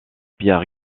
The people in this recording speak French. pierre